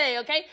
okay